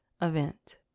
event